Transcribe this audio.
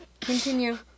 continue